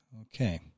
Okay